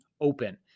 open